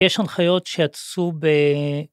יש הנחיות שיצאו ב...